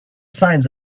signs